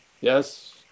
Yes